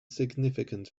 significant